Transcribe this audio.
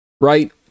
right